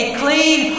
clean